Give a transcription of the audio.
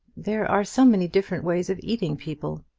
there are so many different ways of eating people!